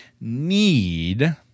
need